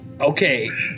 okay